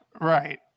Right